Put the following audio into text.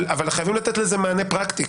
אבל חייבים לתת לזה מענה פרקטי.